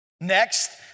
Next